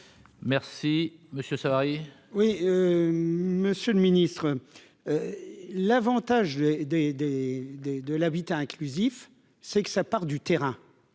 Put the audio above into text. merci Monsieur Savary. Oui, monsieur le Ministre, l'avantage des, des, des, de l'habitat inclusif, c'est que ça part du terrain.